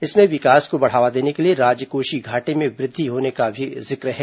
इसमें विकास को बढ़ावा देने के लिए राजकोषीय घाटे में वृद्धि होने का भी जिक्र है